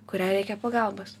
kuriai reikia pagalbos